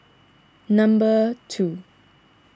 number two